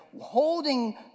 holding